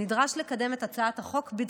נדרש לקדם את הצעת החוק בדחיפות.